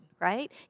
right